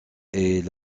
est